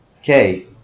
okay